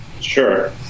Sure